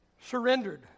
Surrendered